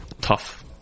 tough